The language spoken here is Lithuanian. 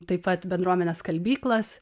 taip pat bendruomenės skalbyklas